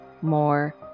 more